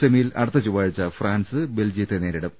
സെമിയിൽ അടുത്ത ചൊവ്വാഴ്ച ഫ്രാൻസ് ബെൽജി യത്തെ നേരിടും